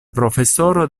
profesoro